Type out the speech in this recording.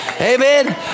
Amen